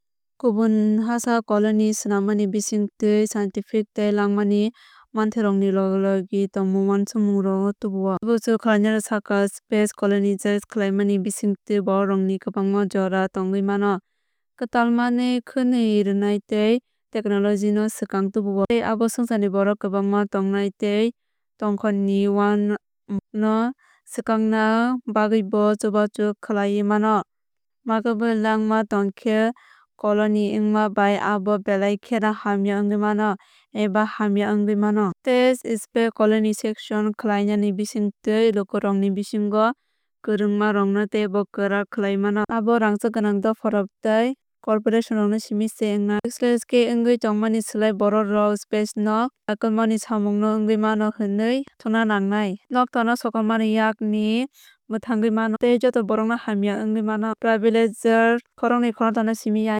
Kubun ha sakao colony swnammani bisingtwi scientific tei langmani manthairokni logi logi tongmung uansukmungrokbo tubuo. Chubachu khlainairok sakha space colonize khlaimani bisingtwi borokrokni kwbangma jora tongwi mano. Kwtal manwi khwnwi rwnai tei technology no swkang tubuo. Tei abo swngcharni borok kwbangma tongmani tei tongkhor ni wanamung no swkakna bagwibo chubachu khlaiwi mano. Microbial langma tongkhe koloni wngma bai abo belai kheno hamya wngwi mano eba hamya wngwi mano. Tei space colonisation khlaimani bisingtwi lukurokni bisingo kwrwngmarokno teibo kwrak khlaiwi mano. Abo rangchak gwnang dopharok tei corporationrokno simi se wngnai. Reckless khe wngwi thangmani slai borokrok space no naikolmani samung no wngwi mano hwnwi uansukna nangnai. Nokthar no sokomormani yakni mwthangwi mano tei joto borok no hamya wngwi mano privileged khoroknwi khoroktham no simi ya.